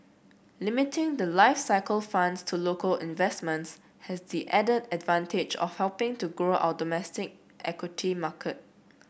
limiting the life cycle funds to local investments has the added advantage of helping to grow our domestic equity marker